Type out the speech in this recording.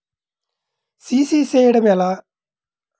CC చేయడము ఎలా?